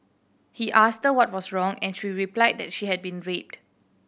he asked her what was wrong and she replied that she had been raped